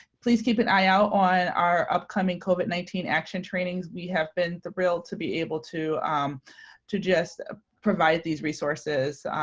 please keep an eye out on our upcoming covid nineteen action trainings. we have been thrilled to be able to to just ah provide these resources,